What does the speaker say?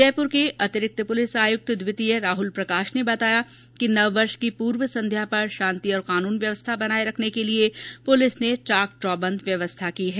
जयपुर के अतिरिक्त पुलिस आयुक्त द्वितीय राहुल प्रकाश ने बताया कि नववर्ष की पूर्व संध्या पर शांति और कानून व्यवस्था बनाये रखने के लिये प्रलिस ने चाक चौबंद व्यवस्था की है